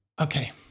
Okay